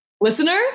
listener